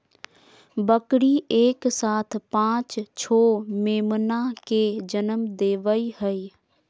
बकरी एक साथ पांच छो मेमना के जनम देवई हई